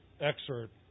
excerpt